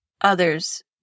others